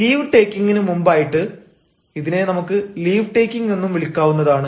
leave ടേക്കിങ്ങിനു മുമ്പായിട്ട് ഇതിനെ നമുക്ക് ലീവ് ടേക്കിങ് എന്നും വിളിക്കാവുന്നതാണ്